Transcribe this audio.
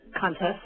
contest